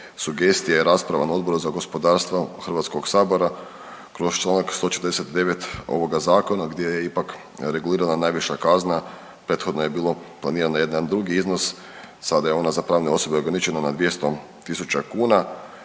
sugestija i rasprava na Odboru za gospodarstvo Hrvatskog sabora kroz Članak 149. ovoga zakona gdje je ipak regulirana najviša kazna. Prethodno je bilo planiran jedan drugi iznos, sada je ona za pravne osobe ograničena na 200.000 kuna.